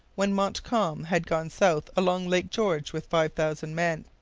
when montcalm had gone south along lake george with five thousand men